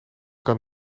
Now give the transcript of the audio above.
kan